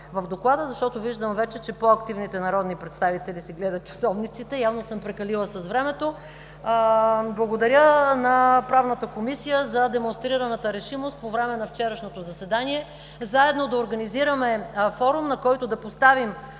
в доклада, защото виждам вече, че по-активните народни представители си гледат часовниците, явно съм прекалила с времето. Благодаря на Правната комисия за демонстрираната решимост по време на вчерашното заседание заедно да организираме форум, на който да поставим